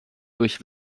durch